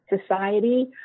society